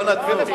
לא נתנו.